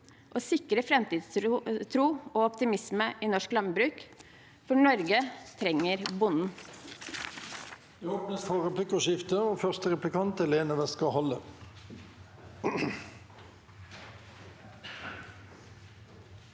å sikre framtidstro og optimisme i norsk landbruk. For Norge trenger bonden.